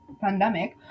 pandemic